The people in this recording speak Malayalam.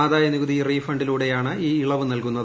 ആദായനികുതി റീഫണ്ടിലൂടെയാണ് ഈ ഇളവ് നൽകുന്നത്